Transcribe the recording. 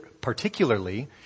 particularly